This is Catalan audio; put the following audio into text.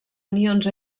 anions